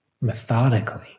methodically